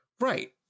Right